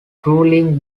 ruling